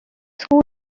school